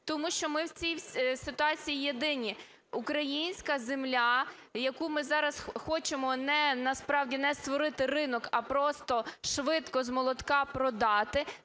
тому що ми в цій ситуації єдині: українська земля, яку ми зараз хочемо насправді не створити ринок, а просто швидко з молотка продати,